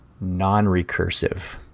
non-recursive